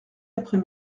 après